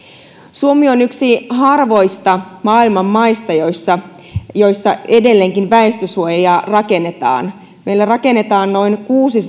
suomi on yksi harvoista maailman maista joissa joissa edelleenkin väestönsuojia rakennetaan meillä rakennetaan noin